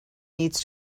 needs